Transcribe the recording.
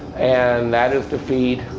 and that is to feed